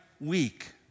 week